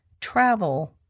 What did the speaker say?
Travel